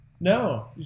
No